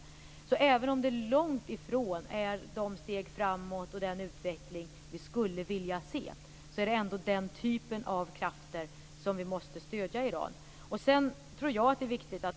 Även om det långtifrån är de steg framåt och den utveckling vi skulle vilja se är det ändå den typen av krafter vi måste stödja i Iran.